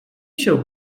się